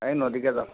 এই নদীতে যাওঁ